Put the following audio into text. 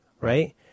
right